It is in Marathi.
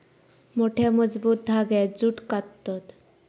मोठ्या, मजबूत धांग्यांत जूट काततत